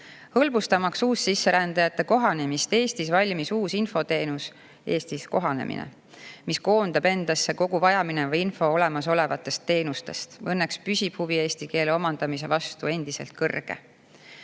Hõlbustamaks uussisserändajate kohanemist Eestis, valmis uus infoteenus "Eestis kohanemine", mis koondab endasse kogu vajamineva info olemasolevatest teenustest. Õnneks püsib huvi eesti keele omandamise vastu endiselt